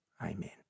Amen